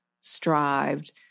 strived